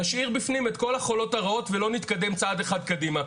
נשאיר בפנים את כל הרעות החולות ולא נתקדם צעד אחד קדימה.